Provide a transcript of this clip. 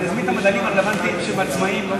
נזמין את המדענים הרלוונטיים שהם עצמאים.